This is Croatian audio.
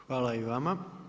Hvala i vama.